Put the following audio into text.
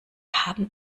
haben